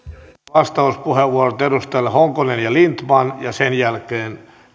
vastauspuheenvuorot edustajille honkonen ja lindtman ja sen jälkeen